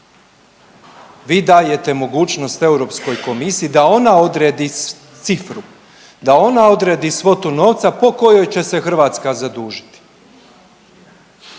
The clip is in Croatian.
Vi dajete mogućnost Europskoj komisiji da ona odredi cifru, da ona odredi svotu novca po kojoj će se Hrvatska zadužiti.